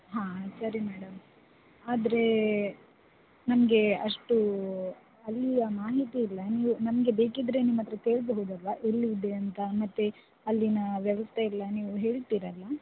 ಹಾಂ ಸರಿ ಮೇಡಮ್ ಆದರೆ ನಮಗೆ ಅಷ್ಟು ಅಲ್ಲಿಯ ಮಾಹಿತಿಯಿಲ್ಲ ನಮಗೆ ಬೇಕಿದ್ದರೆ ನಿಮ್ಮ ಹತ್ರ ಕೇಳಬಹುದಲ್ವಾ ಎಲ್ಲಿಯಿದೆ ಅಂತ ಮತ್ತು ಅಲ್ಲಿನ ವ್ಯವಸ್ಥೆಯೆಲ್ಲ ನೀವು ಹೇಳ್ತೀರ ಅಲ್ವಾ